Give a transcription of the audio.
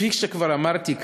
כפי שכבר אמרתי,